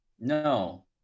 No